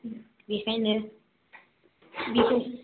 बेखायनो